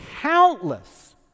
countless